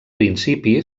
principi